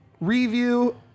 review